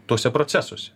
tuose procesuose